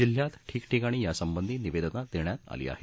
जिल्ह्यात ठिकठिकाणी यासंबंधी निवेदनं देण्यात आली आहेत